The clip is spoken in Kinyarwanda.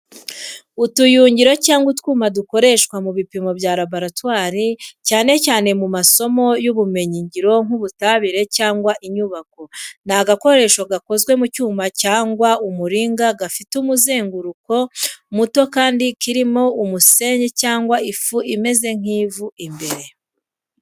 Utuyungiro cyangwa utwuma dukoreshwa mu bipimo bya laboratoire cyane cyane mu masomo y’ubumenyi ngiro nk'ubutabire cyangwa inyubako. Ni agakoresho gakozwe mu cyuma cyangwa umuringa gafite umuzenguruko muto kandi kirimo umusenyi cyangwa ifu imeze nk'ivu imbere.